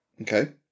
Okay